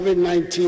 COVID-19